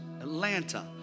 Atlanta